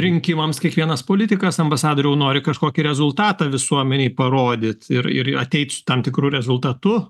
rinkimams kiekvienas politikas ambasadoriau nori kažkokį rezultatą visuomenei parodyt ir ir ateit su tam tikru rezultatu